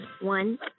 one